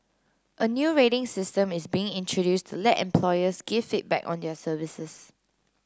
a new rating system is being introduced to let employers give feedback on their services